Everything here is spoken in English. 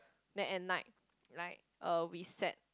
then at night like uh we set